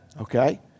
okay